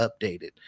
updated